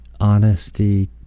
Honesty